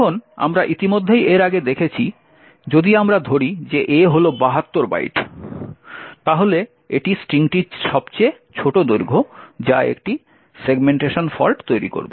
এখন আমরা ইতিমধ্যেই এর আগে দেখেছি যদি আমরা ধরি যে A হল 72 বাইট তাহলে এটি স্ট্রিংটির সবচেয়ে ছোট দৈর্ঘ্য যা একটি সেগমেন্টেশন ফল্ট তৈরি করবে